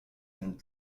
and